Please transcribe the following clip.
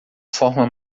forma